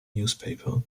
newspaper